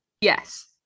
Yes